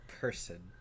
person